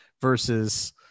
versus